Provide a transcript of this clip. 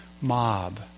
mob